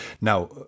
Now